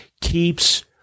keeps